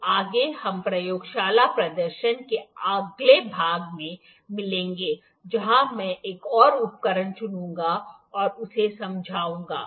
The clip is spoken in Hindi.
तो आगे हम प्रयोगशाला प्रदर्शन के अगले भाग में मिलेंगे जहाँ मैं एक और उपकरण चुनूंगा और उसे समझाऊंगा